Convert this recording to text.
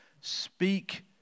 Speak